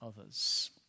others